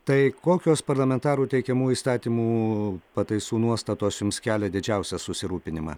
tai kokios parlamentarų teikiamų įstatymų pataisų nuostatos jums kelia didžiausią susirūpinimą